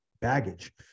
baggage